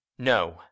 No